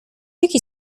jaki